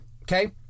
Okay